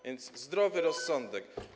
A więc zdrowy rozsądek.